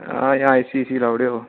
आं एसीसी लाई ओड़ेओ